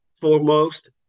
foremost